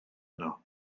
yno